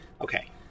Okay